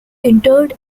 interred